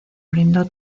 brindó